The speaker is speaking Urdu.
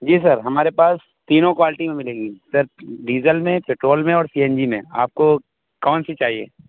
جی سر ہمارے پاس تینوں کوالٹی میں ملے گی سر ڈیزل میں پٹرول میں اور سی این جی میں آپ کو کون سی چاہیے